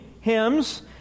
hymns